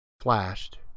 Flashed